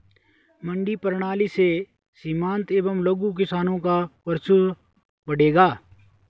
मंडी प्रणाली से सीमांत एवं लघु किसानों का वर्चस्व बढ़ेगा